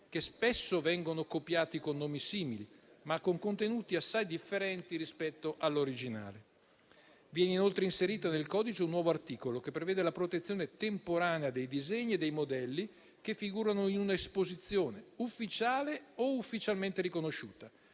che spesso vengono copiati con nomi simili, ma con contenuti assai differenti rispetto all'originale. Viene inoltre inserito nel codice un nuovo articolo, che prevede la protezione temporanea dei disegni e dei modelli, che figurano in una esposizione ufficiale o ufficialmente riconosciuta,